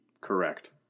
Correct